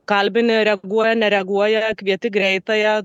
kalbini reaguoja nereaguoja kvieti greitąją